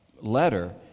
letter